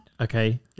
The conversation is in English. okay